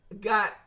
got